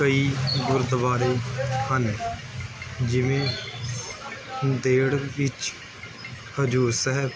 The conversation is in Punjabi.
ਕਈ ਗੁਰਦੁਆਰੇ ਹਨ ਜਿਵੇਂ ਨੰਦੇੜ ਵਿੱਚ ਹਜੂਰ ਸਾਹਿਬ